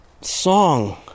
song